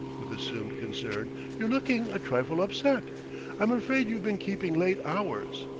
with assumed concern, you're looking a trifle upset i'm afraid you've been keeping late hours.